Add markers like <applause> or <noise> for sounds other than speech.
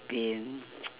been <noise>